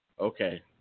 Okay